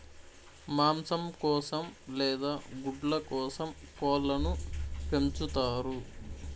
మాంసం కోసం లేదా గుడ్ల కోసం కోళ్ళను పెంచుతారు